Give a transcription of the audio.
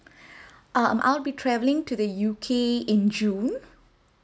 um I'll be travelling to the U_K in june